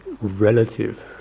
relative